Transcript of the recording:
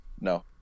No